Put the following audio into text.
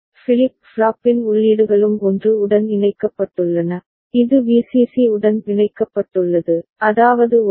flip ஃப்ளாப்பின் உள்ளீடுகளும் 1 உடன் இணைக்கப்பட்டுள்ளன இது Vcc உடன் பிணைக்கப்பட்டுள்ளது அதாவது 1